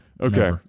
Okay